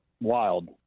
wild